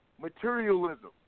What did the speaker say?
materialism